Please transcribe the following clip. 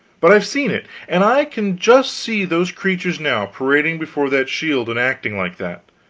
but i've seen it, and i can just see those creatures now, parading before that shield and acting like that.